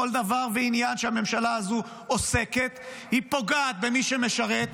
בכל דבר ועניין שהממשלה הזאת עוסקת היא פוגעת במי שמשרת,